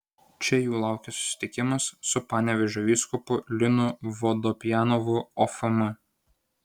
čia jų laukia susitikimas su panevėžio vyskupu linu vodopjanovu ofm